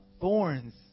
thorns